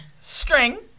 String